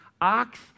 ox